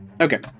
Okay